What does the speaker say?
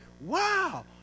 wow